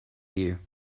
you